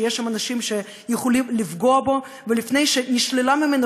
שיש בו אנשים שיכולים לפגוע בו ולפני שתישלל ממנו